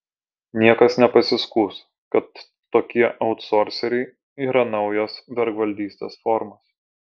niekas nepasiskųs kad tokie autsorseriai yra naujos vergvaldystės formos